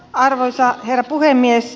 arvoisa herra puhemies